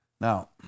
Now